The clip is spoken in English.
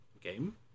game